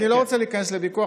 אני לא רוצה להיכנס לוויכוח,